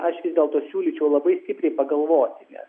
aš vis dėlto siūlyčiau labai stipriai pagalvoti nes